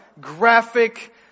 graphic